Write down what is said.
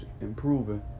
improving